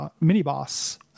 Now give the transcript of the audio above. mini-boss